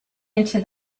into